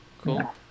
Cool